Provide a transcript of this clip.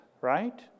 right